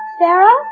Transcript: Sarah